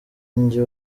njye